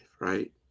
right